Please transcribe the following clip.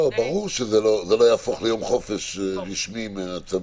ברור שזה לא יהפוך ליום חופש רשמי מהצמיד.